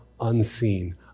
unseen